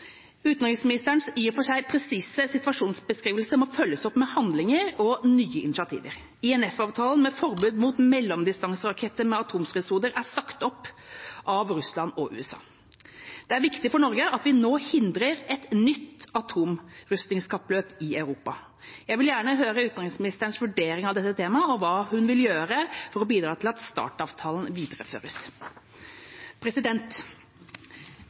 Utenriksministerens i og for seg presise situasjonsbeskrivelse må følges opp med handlinger og nye initiativer. INF-avtalen med forbud mot mellomdistanseraketter med atomstridshoder er sagt opp av Russland og USA. Det er viktig for Norge at vi nå hindrer et nytt atomrustningskappløp i Europa. Jeg vil gjerne høre utenriksministerens vurdering av dette temaet og hva hun vil gjøre for å bidra til at START-avtalen videreføres.